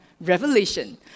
Revelation